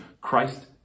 Christ